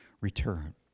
return